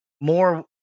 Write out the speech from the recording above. More